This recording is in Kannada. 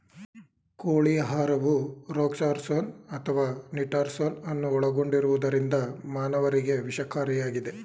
ಕೋಳಿ ಆಹಾರವು ರೊಕ್ಸಾರ್ಸೋನ್ ಅಥವಾ ನಿಟಾರ್ಸೋನ್ ಅನ್ನು ಒಳಗೊಂಡಿರುವುದರಿಂದ ಮಾನವರಿಗೆ ವಿಷಕಾರಿಯಾಗಿದೆ